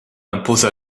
impose